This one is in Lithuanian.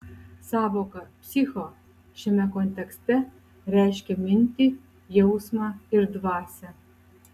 sąvoka psicho šiame kontekste reiškia mintį jausmą ir dvasią